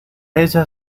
ella